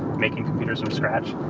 making computers from scratch.